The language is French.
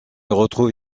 retrouve